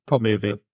movie